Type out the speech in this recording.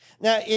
Now